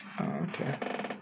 Okay